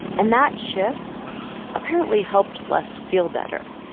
and that shift apparently helped les feel better.